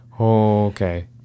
Okay